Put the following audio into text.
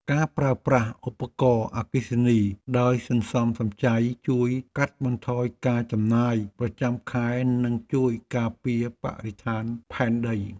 ការប្រើប្រាស់ឧបករណ៍អគ្គិសនីដោយសន្សំសំចៃជួយកាត់បន្ថយការចំណាយប្រចាំខែនិងជួយការពារបរិស្ថានផែនដី។